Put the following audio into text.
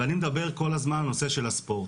ואני מדבר כל הזמן על הנושא של הספורט.